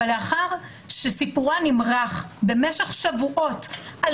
אבל לאחר שסיפורה נמרח במשך שבועות על